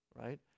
right